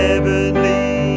heavenly